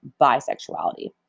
bisexuality